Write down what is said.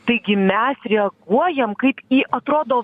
taigi mes reaguojam kaip į atrodo